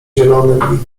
zielonym